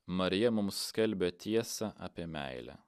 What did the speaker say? marija mums skelbia tiesą apie meilę